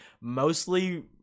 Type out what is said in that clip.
mostly